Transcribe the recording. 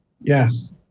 Yes